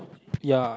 ya